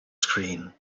screen